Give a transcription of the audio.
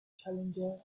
challenger